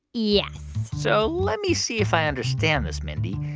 yes so let me see if i understand this, mindy.